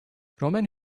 romen